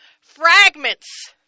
Fragments